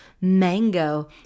mango